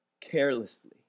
carelessly